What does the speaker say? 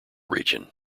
region